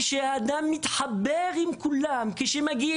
עצם זה שהאדם מתחבר עם כולם,